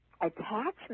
attachment